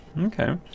Okay